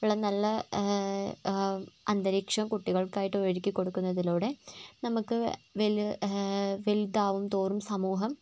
ഉള്ള നല്ല അന്തരീക്ഷം കുട്ടികൾക്കായിട്ട് ഒരുക്കി കൊടുക്കുന്നതിലൂടെ നമുക്ക് വലു വലുതാകുന്തോറും സമൂഹം